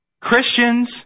Christians